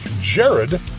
Jared